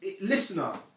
Listener